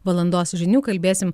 valandos žinių kalbėsim